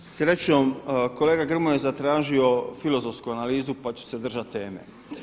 Srećom kolega Gromja je zatražio filozofsku analizu pa ću se držati teme.